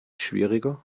schwieriger